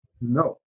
No